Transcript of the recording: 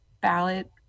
ballot